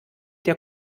der